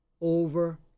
over